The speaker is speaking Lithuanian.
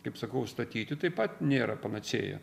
kaip sakau statyti taip pat nėra panacėja